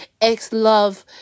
ex-love